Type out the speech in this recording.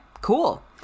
cool